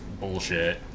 bullshit